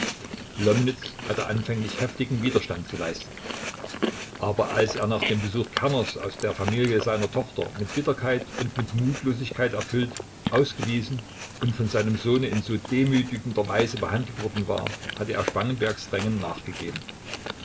hatte anfänglich heftigen widerstand geleistet aber als er nach dem besuch kerners aus der familie seiner tochter mit bitterkeit und mit mutlosigkeit erfüllt ausgewiesen und von seinem sohne in so demütigender weise behandelt worden war hatte er spangenbergs drängen nachgegeben